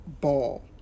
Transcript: ball